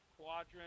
quadrant